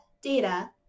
data